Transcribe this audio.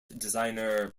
designer